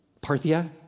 Parthia